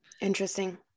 Interesting